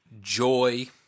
joy